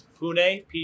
Pune